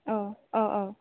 औ औ औ